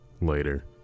later